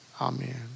amen